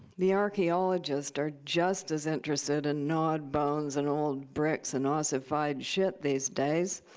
the archaeologists are just as interested in gnawed bones, and old bricks, and ossified shit these days,